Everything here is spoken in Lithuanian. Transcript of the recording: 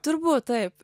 turbūt taip